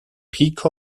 pkw